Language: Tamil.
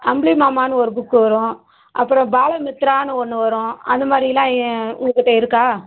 அம்புலிமாமான்னு ஒரு புக்கு வரும் அப்புறம் பாலமித்ரான்னு ஒன்று வரும் அது மாதிரில்லாம் ஏ உங்கள் கிட்ட இருக்கா